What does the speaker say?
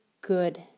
good